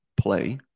play